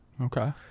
Okay